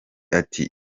ati